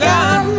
God